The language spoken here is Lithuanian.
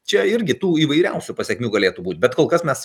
čia irgi tų įvairiausių pasekmių galėtų būt bet kol kas mes